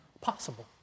possible